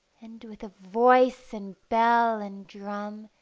and with the voice and bell and drum,